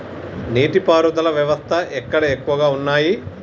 నీటి పారుదల వ్యవస్థలు ఎక్కడ ఎక్కువగా ఉన్నాయి?